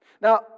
Now